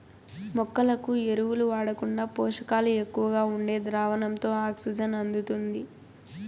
మొక్కలకు ఎరువులు వాడకుండా పోషకాలు ఎక్కువగా ఉండే ద్రావణంతో ఆక్సిజన్ అందుతుంది